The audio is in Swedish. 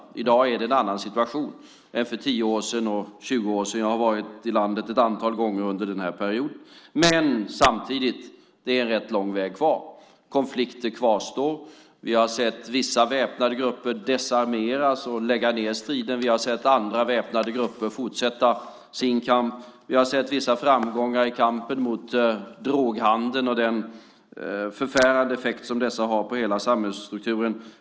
I dag är situationen en annan än för tio eller tjugo år sedan. Jag har varit i landet ett antal gånger under den perioden. Samtidigt måste vi säga att det är ganska lång väg kvar. Konflikter kvarstår. Vi har sett vissa väpnade grupper desarmeras och därmed upphöra med striderna. Vi har sett andra väpnade grupper fortsätta sin kamp. Vi har sett vissa framgångar i kampen mot droghandeln och den förfärande effekt som drogerna har på hela samhällsstrukturen.